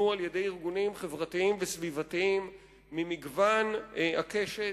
ארגונים חברתיים וסביבתיים ממגוון הקשת.